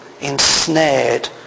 ensnared